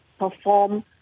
perform